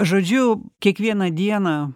žodžiu kiekvieną dieną